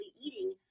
eating